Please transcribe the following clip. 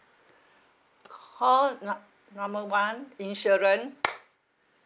call num~ number one insurance